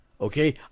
Okay